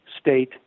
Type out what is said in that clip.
state